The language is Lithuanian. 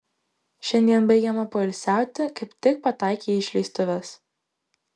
šiandien baigiame poilsiauti kaip tik pataikei į išleistuves